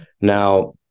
Now